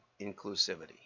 inclusivity